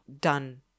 done